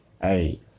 hey